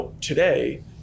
today